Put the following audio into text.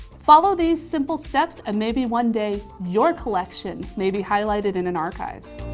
follow these simple steps and maybe one day your collection may be highlighted in an archives.